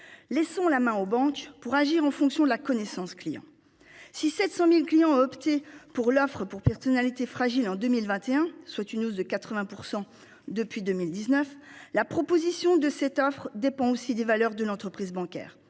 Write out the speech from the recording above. Laissons la main aux banques pour agir en fonction de la connaissance client si 700.000 clients opté pour l'offre pour personnalité fragile en 2021 soit une hausse de 80% depuis 2019. La proposition de cette offre dépend aussi des valeurs de l'entreprise bancaire